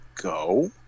go